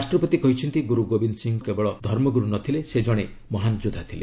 ରାଷ୍ଟ୍ରପତି କହିଛନ୍ତି ଗୁରୁ ଗୋବିନ୍ଦ ସିଂହ କେବଳ ଧର୍ମଗୁରୁ ନ ଥିଲେ ସେ ଜଣେ ମହାନ୍ ଯୋଦ୍ଧା ଥିଲେ